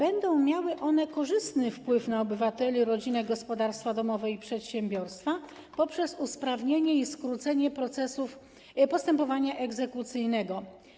Będą one miały korzystny wpływ na obywateli, rodzinę, gospodarstwa domowe i przedsiębiorstwa poprzez usprawnienie i skrócenie postępowania egzekucyjnego.